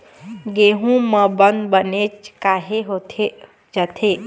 गेहूं म बंद बनेच काहे होथे जाथे?